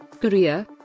Korea